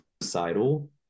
suicidal